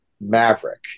Maverick